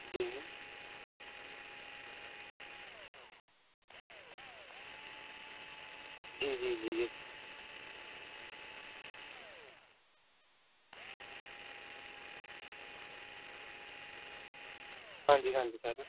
جی جی جی جی جی ہاں جی ہاں جی ہاں جی